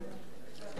הערה שלא קשורה,